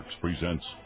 presents